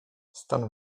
stan